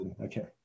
Okay